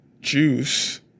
juice